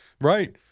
Right